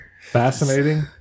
fascinating